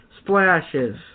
splashes